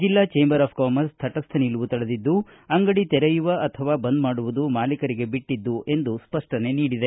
ಜೆಲ್ಲಾ chamber of commerce ತಟಸ್ಥ ನಿಲವು ತಳೆದಿದ್ದು ಅಂಗಡಿ ತೆರೆಯುವ ಅಥವಾ ಬಂದ್ ಮಾಡುವುದು ಮಾಲೀಕರಿಗೆ ಬಿಟ್ಟದ್ದು ಎಂದು ಸ್ಪಷ್ಟನೆ ನೀಡಿದೆ